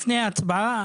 לפני ההצבעה,